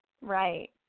Right